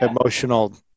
emotional